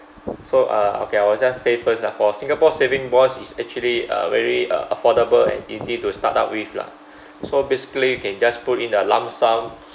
so uh okay I will just say first ah for singapore saving bonds is actually a very uh affordable and easy to start out with lah so basically you can just put in the lump sum